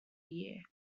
year